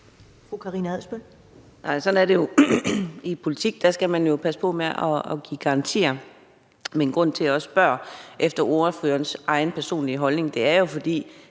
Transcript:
Sådan er det jo i politik – man skal passe på med at give garantier. Men grunden til, at jeg spørger til ordførerens egen personlige holdning, er, at vi